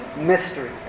mystery